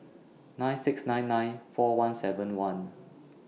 nine six nine nine four one seven one